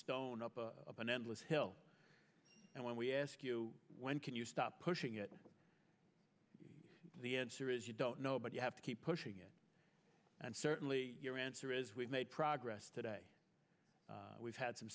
stone up of an endless hill and when we ask you when can you stop pushing it the answer is you don't know but you have to keep pushing it and certainly your answer is we've made progress today we've had some